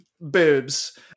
boobs